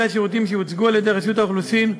השירותים שהוצגו על-ידי רשות האוכלוסין,